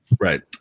right